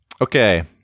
Okay